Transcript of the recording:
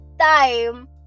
time